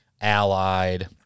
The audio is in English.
Allied